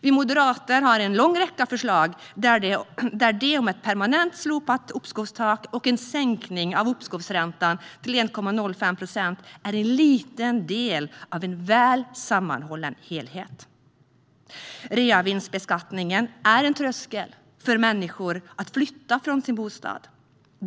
Vi moderater har en lång räcka förslag, där förslagen om ett permanent slopat uppskovstak och en sänkning av uppskovsräntan till 1,05 procent är en liten del av en väl sammanhållen helhet. Reavinstbeskattningen är en tröskel för människor när de överväger att flytta från sin bostad.